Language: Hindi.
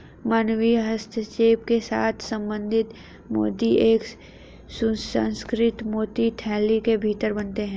मानवीय हस्तक्षेप के साथ संवर्धित मोती एक सुसंस्कृत मोती थैली के भीतर बनते हैं